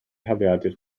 holiadur